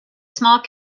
small